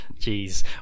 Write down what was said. Jeez